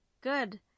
Good